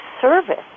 service